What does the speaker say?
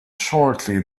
shortly